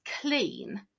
clean